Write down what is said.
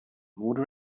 would